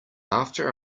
after